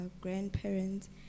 grandparents